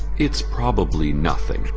it's probably nothing.